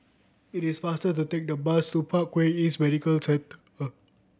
it is faster to take the bus to Parkway East Medical Centre